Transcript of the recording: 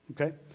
okay